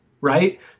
right